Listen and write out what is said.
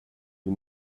you